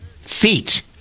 feet